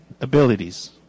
abilities